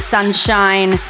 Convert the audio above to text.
Sunshine